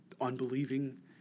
unbelieving